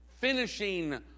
finishing